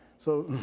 so,